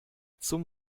zum